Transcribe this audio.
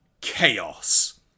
Chaos